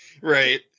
right